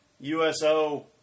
USO